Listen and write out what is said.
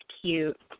cute